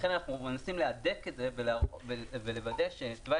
לכן אנחנו מנסים להדק את זה ולוודא שתוואי